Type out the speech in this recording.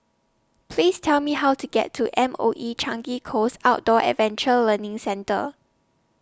Please Tell Me How to get to M O E Changi Coast Outdoor Adventure Learning Centre